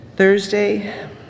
Thursday